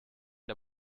der